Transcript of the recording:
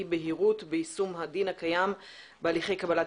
אי בהירות ביישום הדין הקיים בהליכי קבלת